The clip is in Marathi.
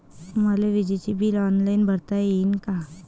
मले विजेच बिल ऑनलाईन भरता येईन का?